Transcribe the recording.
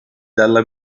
dalla